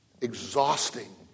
exhausting